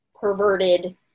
perverted